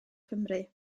cymru